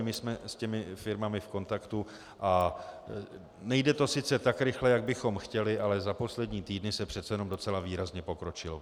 My jsme s těmi firmami v kontaktu a nejde to sice tak rychle, jak bychom chtěli, ale za poslední týdny se přece jenom docela výrazně pokročilo.